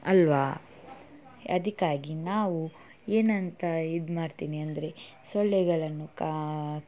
ಅಲ್ಲವಾ ಅದಕ್ಕಾಗಿ ನಾವು ಏನಂತ ಇದು ಮಾಡ್ತೀನಿ ಅಂದರೆ ಸೊಳ್ಳೆಗಳನ್ನು ಕಾ